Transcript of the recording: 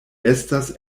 estas